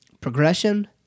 progression